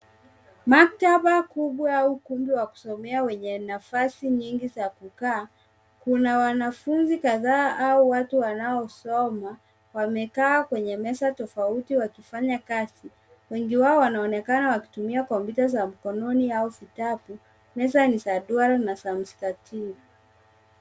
Maktaba kubwa au ukumbi wa kusomea wenye nafasi nyingi za kukaa, kuna wanafunzi kadhaa au watu wanao soma wamekaa kwenye meza tofauti wakifanya kazi, wengi wao wanaonekana wakitumia kompyuta za mkononi au vitabu, meza ni za duara na za mstatili.